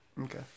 Okay